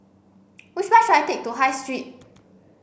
which bus should I take to High Street